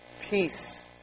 Peace